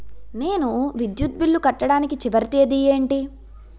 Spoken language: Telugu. నేను విద్యుత్ బిల్లు కట్టడానికి చివరి తేదీ ఏంటి?